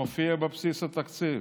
זה מופיע בבסיס התקציב.